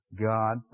God